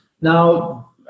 now